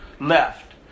left